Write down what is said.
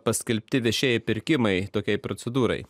paskelbti viešieji pirkimai tokiai procedūrai